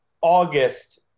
August